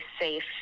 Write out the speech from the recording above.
safe